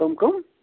کٕم کٕم